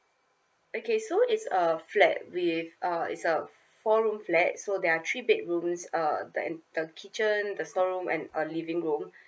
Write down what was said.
okay so it's a flat with uh it's a four room flat so there are three bedrooms uh and the kitchen the storeroom and a living room